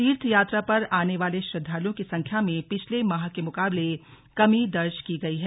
तीर्थयात्रा पर आने वाले श्रद्वालुओं की संख्या में पिछले माह के मुकाबले कमी दर्ज की गई है